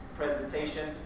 presentation